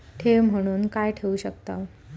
ठेव म्हणून काय ठेवू शकताव?